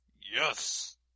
Yes